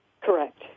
Correct